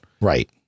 Right